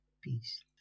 peace